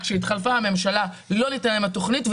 כשהתחלפה הממשלה לא ניתנה להם התוכנית,